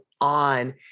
on